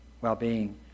well-being